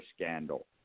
scandal